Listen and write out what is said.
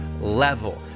level